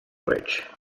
bridge